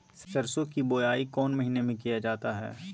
सरसो की बोआई कौन महीने में किया जाता है?